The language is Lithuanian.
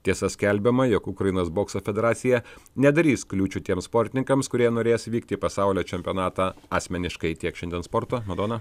tiesa skelbiama jog ukrainos bokso federacija nedarys kliūčių tiems sportininkams kurie norės vykti į pasaulio čempionatą asmeniškai tiek šiandien sporto madona